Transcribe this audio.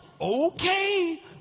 Okay